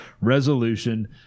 resolution